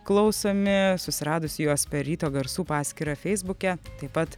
klausomi susiradusi juos per ryto garsų paskyrą feisbuke taip pat